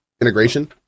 integration